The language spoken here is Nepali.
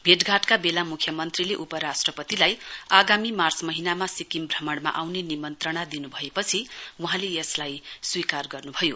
भेटघाटका बेला मुख्यमन्त्रीले उपराष्ट्रपतिलाई आगामी माँच महीनामा सिक्किम भ्रमणमा आउने निमन्त्रणा दिनुभएपछि वहाँले यसलाई स्वीकार गर्नुभयो